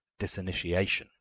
disinitiation